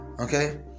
okay